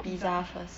pizza